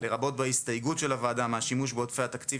לרבות בהסתייגות של הוועדה מהשימוש בעודפי התקציב